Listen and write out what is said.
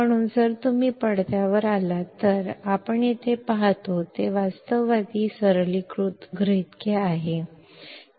म्हणून जर तुम्ही पडद्यावर आलात जे आपण येथे पाहतो ते वास्तववादी सरलीकृत गृहितके आहे